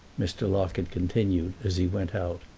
mr. locket continued, as he went out.